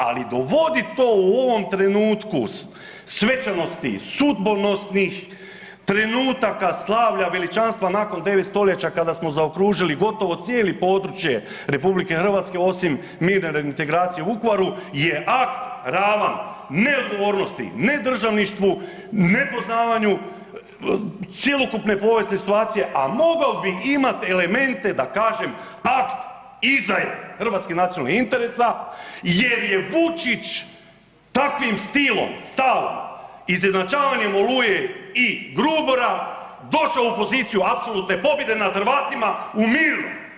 Ali dovodi to u ovom trenutku svečanosti, sudbonosnih trenutaka slavlja veličanstva nakon devet stoljeća kada smo zaokružili gotovo cijelo područje RH osim mirne reintegracije u Vukovaru je akt ravan neodgovornosti, ne državništvu, ne poznavanju cjelokupne povijest situacije, a mogao bi imati elemente da kažem, akt izdaje hrvatskih nacionalnih interesa jer je Vučić takvim stilom, stavom izjednačavanja „Oluje“ i Grubora došao u poziciju apsolutne pobjede nad Hrvatima u miru.